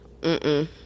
Mm-mm